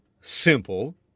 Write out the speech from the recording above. simple